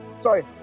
sorry